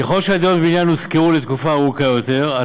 ככל שהדירות בבניין יושכרו לתקופה ארוכה יותר,